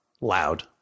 loud